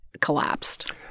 collapsed